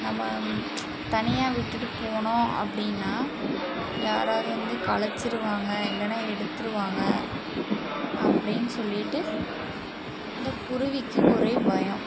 நம்ம தனியாக விட்டுட்டு போனோம் அப்படின்னா யாராவது வந்து கலைச்சிருவாங்க இல்லைன்னா எடுத்துடுவாங்க அப்படின்னு சொல்லிவிட்டு இந்த குருவிக்கு ஒரே பயம்